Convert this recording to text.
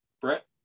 brett